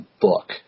book